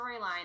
storyline